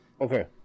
Okay